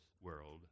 world